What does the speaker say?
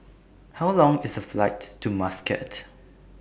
How Long IS The Flight to Muscat